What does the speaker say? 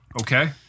okay